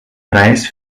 preis